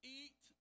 eat